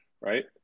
Right